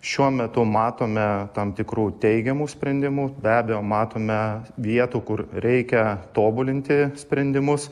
šiuo metu matome tam tikrų teigiamų sprendimų be abejo matome vietų kur reikia tobulinti sprendimus